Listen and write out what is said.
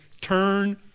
turn